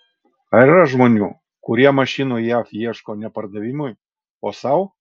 ar yra žmonių kurie mašinų jav ieško ne pardavimui o sau